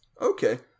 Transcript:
Okay